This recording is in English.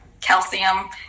calcium